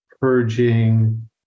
purging